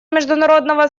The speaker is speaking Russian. международного